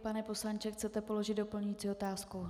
Pane poslanče, chcete položit doplňující otázku?